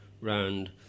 round